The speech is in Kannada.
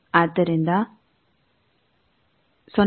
ಆದ್ದರಿಂದ 0